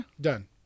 Done